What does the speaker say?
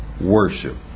worship